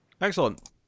Excellent